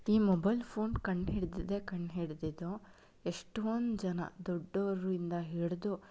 ಈ mobile phone ಕಂಡು ಹಿಡಿದಿದ್ದೇ ಕಂಡು ಹಿಡಿದಿದ್ದು ಎಷ್ಟೊಂದು ಜನ ದೊಡ್ಡೋರಿಂದ ಹಿಡಿದು